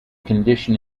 condition